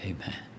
Amen